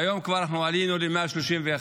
והיום עלינו כבר ל-131.